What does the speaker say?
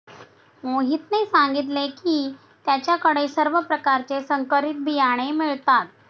मोहितने सांगितले की त्याच्या कडे सर्व प्रकारचे संकरित बियाणे मिळतात